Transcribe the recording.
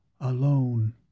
Alone